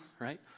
right